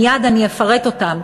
שמייד אני אפרט אותם,